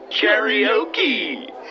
Karaoke